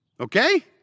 okay